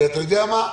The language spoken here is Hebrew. אתה יודע מה?